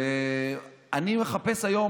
ואני מחפש היום,